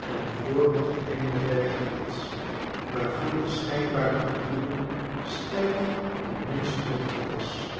en voor een geheime bergplaats waarvan de schijnbare bedoeling stellig de minst nuttige was